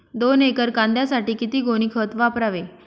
दोन एकर कांद्यासाठी किती गोणी खत वापरावे?